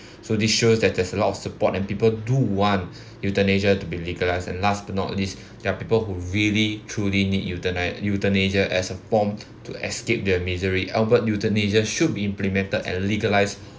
so this shows that there's a lot of support and people do want euthanasia to be legalised and last but not least there are people who really truly need euthani~ euthanasia as a form to escape their misery albeit euthanasia should be implemented and legalised